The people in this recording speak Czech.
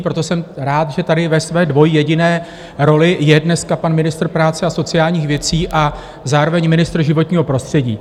Proto jsem rád, že tady ve své dvojjediné roli je dneska pan ministr práce a sociálních věcí a zároveň ministr životního prostředí.